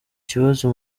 kibazo